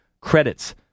credits